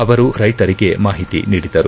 ಅವರು ರೈತರಿಗೆ ಮಾಹಿತಿ ನೀಡಿದರು